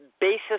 basis